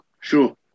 Sure